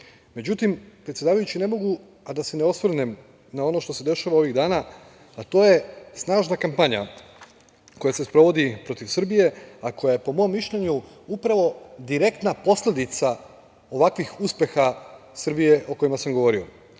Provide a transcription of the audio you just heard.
regionu.Međutim, predsedavajući, ne mogu a da se ne osvrnem na ono što se dešava ovih dana a to je snažna kampanja koja se sprovodi protiv Srbije, a koja je po mom mišljenju upravo direktna posledica ovakvih uspeha Srbije o kojima sam govorio